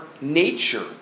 nature